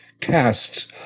casts